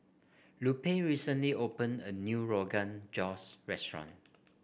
Lupe recently opened a new Rogan Josh restaurant